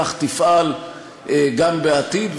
כך תפעל גם בעתיד,